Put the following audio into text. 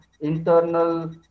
internal